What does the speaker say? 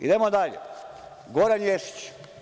Idemo dalje, Goran Ješić.